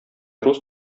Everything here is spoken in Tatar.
рус